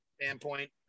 standpoint